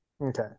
okay